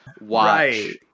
watch